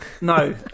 no